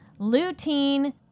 lutein